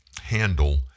handle